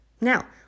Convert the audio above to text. Now